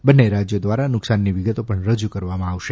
બંને રાજયો દ્વારા નુકશાનની વિગતો પણ રજૂ કરવામાં આવશે